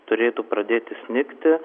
turėtų pradėti snigti